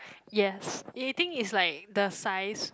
yes eating is like the size